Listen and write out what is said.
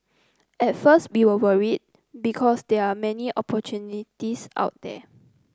at first be we were worried because there are many opportunities out there